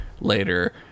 later